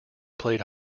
played